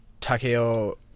Takeo